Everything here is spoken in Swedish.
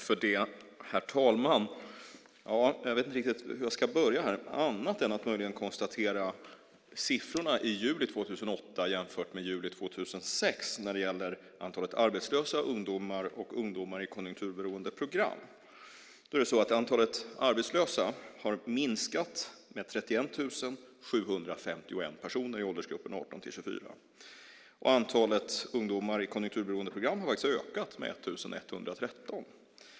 Herr talman! Jag vet inte riktigt hur jag ska börja annat än möjligen genom att redovisa siffrorna för juli 2008 jämfört med juli 2006 vad gäller antalet arbetslösa ungdomar och ungdomar i konjunkturberoende program. Antalet arbetslösa har minskat med 31 751 personer i åldersgruppen 18-24 år, och antalet ungdomar i konjunkturberoende program har faktiskt ökat med 1 113.